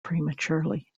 prematurely